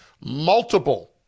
Multiple